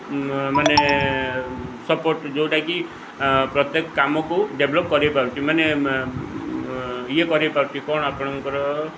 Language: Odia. ମାନେ ସପୋର୍ଟ୍ ଯେଉଁଟାକି ପ୍ରତ୍ୟେକ କାମକୁ ଡେଭେଲପ୍ କରାଇପାରୁଛି ମାନେ ଇଏ କରାଇପାରୁଛି କ'ଣ ଆପଣଙ୍କର